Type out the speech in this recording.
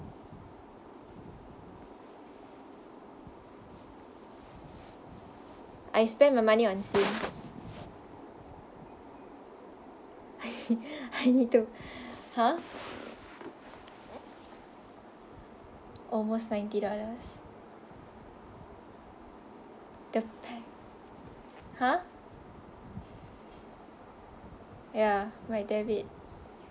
I spend my money on C_D's I need to !huh! almost ninety dollars the pack !huh! ya my debit